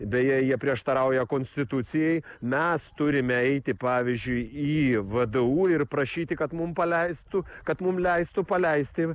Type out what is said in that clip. deja jie prieštarauja konstitucijai mes turime eiti pavyzdžiui į vdu ir prašyti kad mum paleistų kad mum leistų paleisti